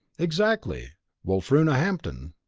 exactly wulfruna-hampton.